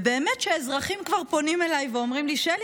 באמת אזרחים כבר פונים אליי ואומרים לי: שלי,